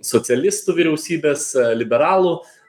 socialistų vyriausybės liberalų